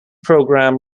program